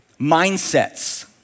mindsets